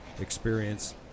experience